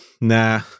nah